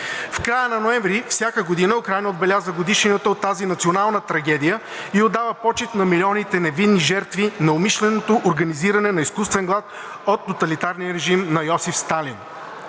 В края на ноември всяка година Украйна отбелязва годишнината от тази национална трагедия и отдава почит на милионите невинни жертви на умишленото организиране на изкуствен глад от тоталитарния режим на Йосиф Сталин.